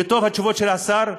וטובות התשובות של השר.